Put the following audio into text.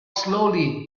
slowly